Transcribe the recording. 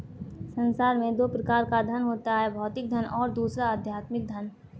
संसार में दो प्रकार का धन होता है भौतिक धन और दूसरा आध्यात्मिक धन